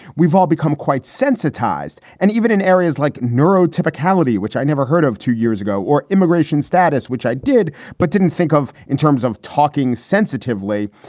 we've all become quite sensitized. and even in areas like neurotypical city, which i never heard of two years ago, or immigration status, which i did but didn't think of in terms of talking sensitively,